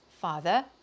father